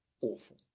awful